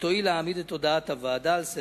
אם תואיל להעמיד את הודעת הוועדה על סדר-היום.